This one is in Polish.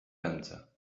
ręce